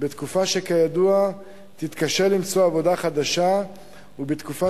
בתקופה שידוע כי תתקשה למצוא עבודה חדשה ובתקופה